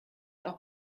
auch